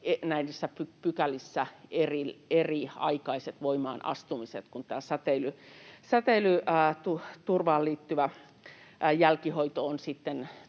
pykälissä on eriaikaiset voimaanastumiset, kun tämä säteilyturvaan liittyvä jälkihoito on